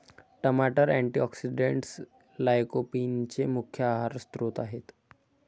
टमाटर अँटीऑक्सिडेंट्स लाइकोपीनचे मुख्य आहार स्त्रोत आहेत